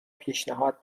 پیشنهاد